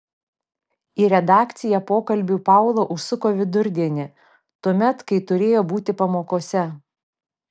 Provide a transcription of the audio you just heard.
į redakciją pokalbiui paula užsuko vidurdienį tuomet kai turėjo būti pamokose